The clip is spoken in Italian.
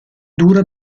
dura